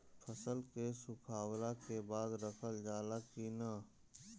फसल के सुखावला के बाद रखल जाला कि न?